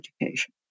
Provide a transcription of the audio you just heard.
education